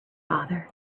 father